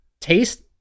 taste